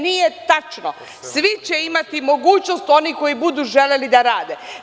Nije tačno, svi će imati mogućnost, oni koji budu želeli da rade.